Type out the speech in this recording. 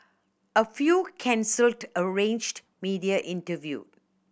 a few cancelled arranged media interview